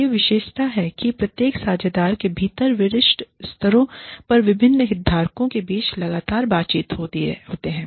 यह विशेषता है की प्रत्येक साझेदार के भीतर वरिष्ठ स्तरों पर विभिन्न हितधारकों के बीच लगातार बातचीत होते हैं